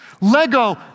Lego